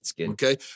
okay